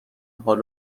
حال